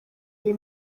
ari